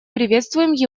приветствуем